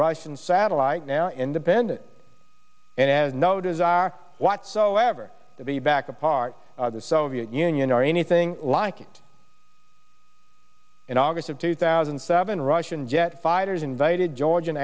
rice and satellite now independent and had no desire whatsoever to be back a part of the soviet union or anything like it in august of two thousand and seven russian jet fighters invaded georg